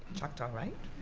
choctaw, right?